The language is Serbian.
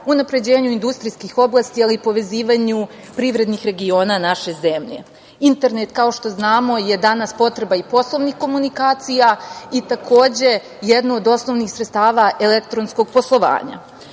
unapređenju industrijskih oblasti, ali i povezivanju privrednih regiona naše zemlje. Internet, kao što znamo, je danas potreba i poslovnih komunikacija i takođe jedno od osnovnih sredstava elektronskog poslovanja.